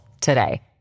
today